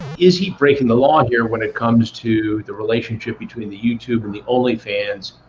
is he breaking the law here when it comes to the relationship between the youtube and the onlyfans?